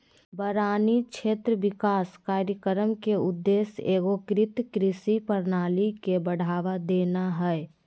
बारानी क्षेत्र विकास कार्यक्रम के उद्देश्य एगोकृत कृषि प्रणाली के बढ़ावा देना हइ